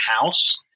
house